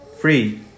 free